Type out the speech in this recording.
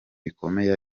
bikomeye